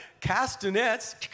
Castanets